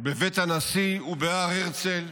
בבית הנשיא ובהר הרצל,